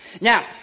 Now